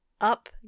up